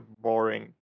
boring